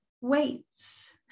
weights